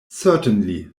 certainly